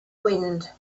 wind